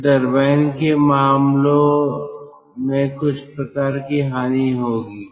तो टरबाइन के मामले में कुछ प्रकार की हानि होगी